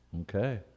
Okay